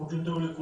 בוקר טוב לכולם.